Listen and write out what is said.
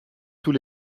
tous